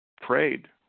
prayed